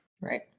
right